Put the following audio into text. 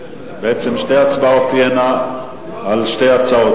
בעצם שתי ההצבעות תהיינה על שתי הצעות.